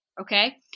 okay